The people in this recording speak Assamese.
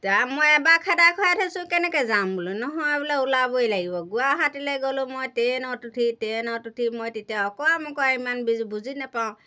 তাৰ মই এবাৰ খেদা খাই থৈছোঁ কেনেকৈ যাম বোলো নহয় বোলে ওলাবই লাগিব গুৱাহাটীলৈ গ'লো মই ট্ৰেইনত উঠি ট্ৰেইনত উঠি মই তেতিয়া অঁকৰা মকৰা ইমান বুজি বুজি নাপাওঁ